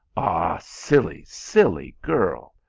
ah, silly, silly girl!